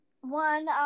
One